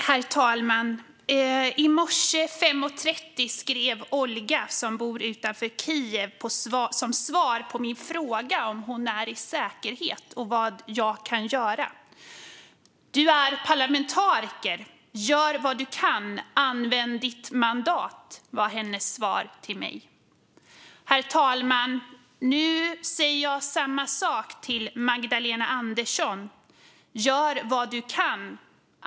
Herr talman! I morse klockan 5.30 skrev Olga, som bor utanför Kiev, ett svar på min fråga om hon är i säkerhet och vad jag kan göra. Hennes svar till mig var följande: Du är parlamentariker. Gör vad du kan! Använd ditt mandat! Herr talman! Nu säger jag samma sak till Magdalena Andersson: Gör vad du kan!